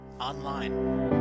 Online